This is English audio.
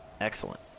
excellent